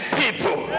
people